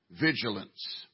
vigilance